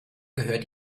gehört